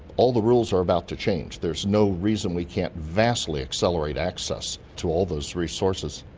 all the rules are about to change. there's no reason we can't vastly accelerate access to all those resources.